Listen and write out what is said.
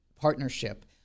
partnership